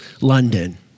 London